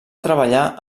treballar